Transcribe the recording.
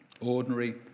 ordinary